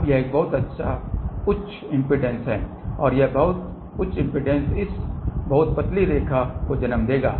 अब यह एक बहुत उच्च इम्पीडेन्स है और यह बहुत उच्च इम्पीडेन्स इस बहुत पतली रेखा को जन्म देगी